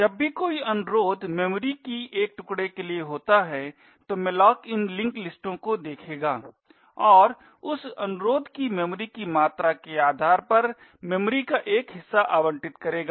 जब भी कोई अनुरोध मेमोरी की एक टुकडे के लिए होता है तो malloc इन लिंक लिस्टों को देखेगा और उस अनुरोध की मेमोरी की मात्रा के आधार पर मेमोरी का एक हिस्सा आवंटित करेगा